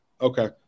Okay